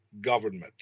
government